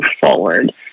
forward